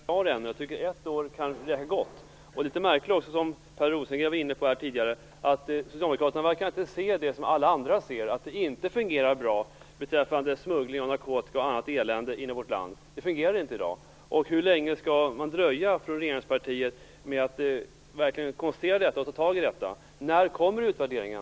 Herr talman! Jag tycker att det är märkligt att denna utvärdering inte är klar än. Ett år räcker gott. Det som är litet märkligt är, som Per Rosengren var inne på tidigare, att socialdemokraterna inte verkar se det som alla andra ser, dvs. att det inte fungerar bra beträffande smuggling av narkotika och annat elände in i vårt land. Det fungerar inte i dag. Hur länge skall man dröja från regeringspartiet med att konstatera detta och ta tag i det? När kommer utvärderingen?